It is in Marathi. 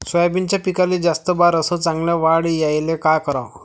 सोयाबीनच्या पिकाले जास्त बार अस चांगल्या वाढ यायले का कराव?